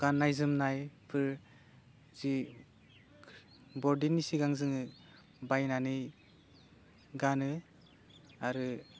गान्नाय जोमनायफोर जि बर'दिननि सिगां जोङो बायनानै गानो आरो